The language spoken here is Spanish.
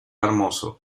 hermoso